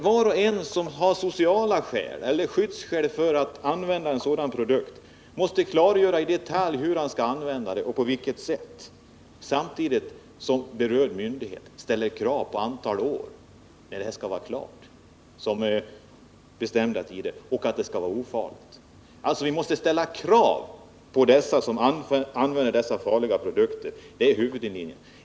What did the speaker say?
Var och en som har sociala skäl eller skyddsskäl för att använda en sådan här produkt måste i detalj klargöra på vilket sätt produkten skall användas, samtidigt som berörd myndighet ställer krav på efter vilket antal år det hela skall vara klart. Det skall alltså vara bestämda tider och det skall vara ofarligt. Vi måste således ställa krav på dem som använder dessa farliga produkter — det är huvudlinjen.